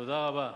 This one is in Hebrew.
תודה רבה.